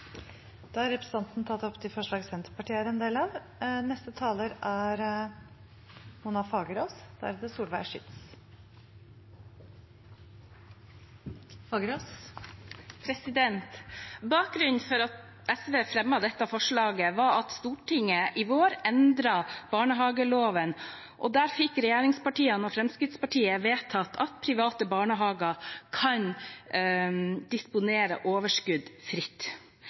Bakgrunnen for at SV fremmet dette forslaget, var at Stortinget i vår endret barnehageloven. Da fikk regjeringspartiene og Fremskrittspartiet vedtatt at private barnehager kan disponere overskudd fritt.